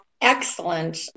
excellent